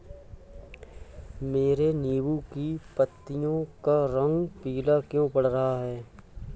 मेरे नींबू की पत्तियों का रंग पीला क्यो पड़ रहा है?